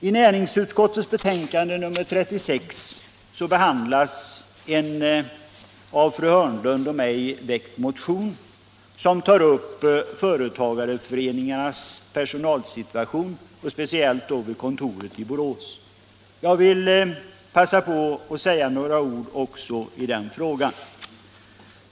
I näringsutskottets betänkande nr 36 behandlas en av fru Hörnlund och mig väckt motion, som tar upp företagareföreningärnas personalsituation — speciellt vid kontoret i Borås. Jag vill passa på att säga några ord också i den frågan.